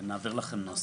נעביר לכם נוסח.